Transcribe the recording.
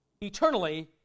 eternally